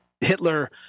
Hitler